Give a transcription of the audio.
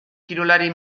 kirolari